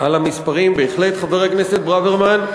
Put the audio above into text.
המספרים אתה תסכים אתי, דב, על המספרים.